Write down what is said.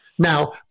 Now